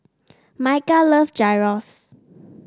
Micah love Gyros